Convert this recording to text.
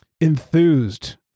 enthused